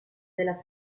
della